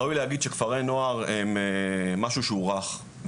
ראוי להגיד שכפרי נוער הם משהו שהוא רך,